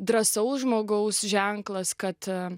drąsaus žmogaus ženklas kad